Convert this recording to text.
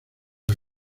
las